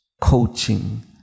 coaching